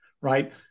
right